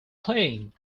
playing